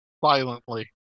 Violently